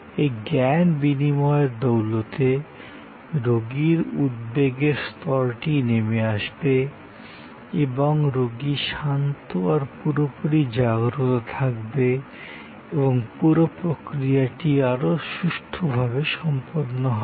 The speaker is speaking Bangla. এই জ্ঞান বিনিময়ের দৌলতে রোগীর উদ্বেগের স্তরটি নেমে আসবে এবং রোগী শান্ত আর পুরোপুরি জাগ্রত থাকবে এবং পুরো প্রক্রিয়াটি আরও সুষ্ঠূভাবে সম্পন্ন হবে